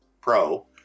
pro